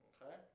Okay